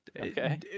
Okay